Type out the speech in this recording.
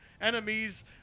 Enemies